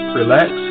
relax